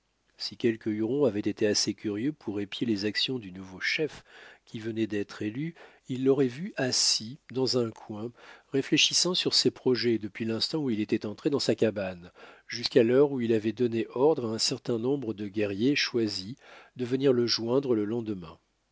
si quelque huron avait été assez curieux pour épier les actions du nouveau chef qui venait d'être élu il l'aurait vu assis dons un coin réfléchissant sur ses projets depuis l'instant où il était entré dans sa cabane jusqu'à l'heure où il avait donné ordre à un certain nombre de guerriers choisis de venir le joindre le lendemain